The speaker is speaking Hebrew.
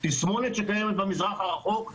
זאת תסמונת שקיימת במזרח הרחוק,